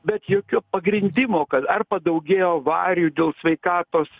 bet jokio pagrindimo kad ar padaugėjo avarijų dėl sveikatos